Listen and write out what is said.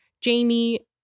Jamie